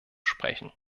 sprechen